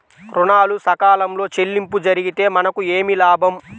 ఋణాలు సకాలంలో చెల్లింపు జరిగితే మనకు ఏమి లాభం?